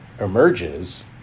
emerges